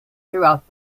throughout